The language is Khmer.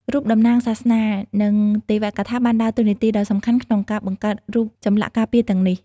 រូបតំណាងសាសនា និងទេវកថាបានដើរតួនាទីដ៏សំខាន់ក្នុងការបង្កើតរូបចម្លាក់ការពារទាំងនេះ។